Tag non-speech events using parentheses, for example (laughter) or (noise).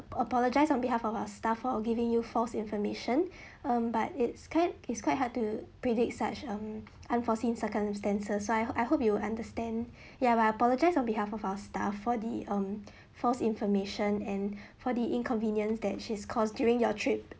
apologise on behalf of our staff for giving you false information (breath) um but it's quite it's quite hard to predict such um unforeseen circumstances so I ho~ I hope you understand (breath) ya but I apologise on behalf of our staff for the um (breath) false information and (breath) for the inconvenience that she's caused during your trip